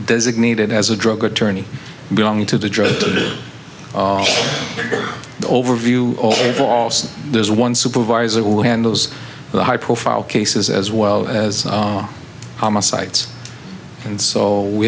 designated as a drug attorney belonging to the drug to the overview valsin there's one supervisor will handles the high profile cases as well as homicides and so we